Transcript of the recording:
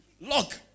Lock